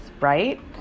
right